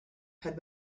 had